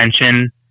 attention